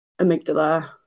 amygdala